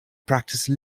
practice